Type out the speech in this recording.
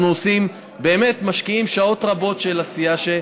אנחנו עושים, באמת משקיעים שעות רבות של עשייה,